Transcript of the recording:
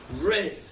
Red